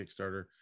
Kickstarter